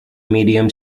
medium